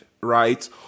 right